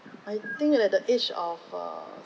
I think at the age of err